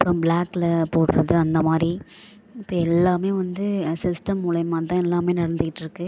அப்புறோம் ப்ளாக்கில் போடுறது அந்த மாதிரி இப்போ எல்லாமே வந்து சிஸ்டம் மூலியமாகதான் எல்லாமே நடந்துக்கிட்டிருக்கு